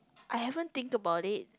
I haven't think about it